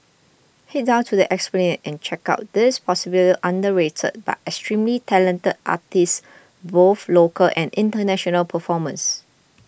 head down to the Esplanade and check out these possibly underrated but extremely talented artists both local and international performers